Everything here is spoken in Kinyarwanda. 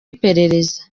iperereza